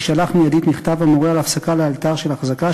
יישלח מייד מכתב המורה על הפסקה לאלתר של החזקה,